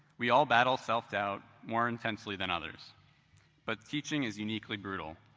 we all battle self-doubt more intensely than others but teaching is uniquely brutal.